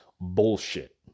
bullshit